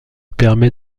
permet